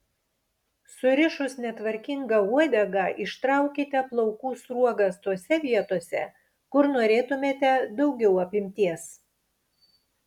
surišus netvarkingą uodegą ištraukite plaukų sruogas tose vietose kur norėtumėte daugiau apimties